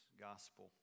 gospel